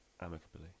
amicably